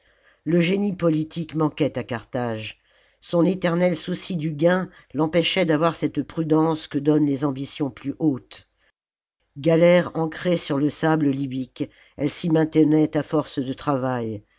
le génie politique manquait à carthage son éternel souci du gain fempêchait d'avoir cette prudence que donnent les ambitions plus hautes galère ancrée sur le sable libyque elle s'y maintenait à force de travail